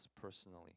personally